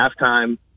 halftime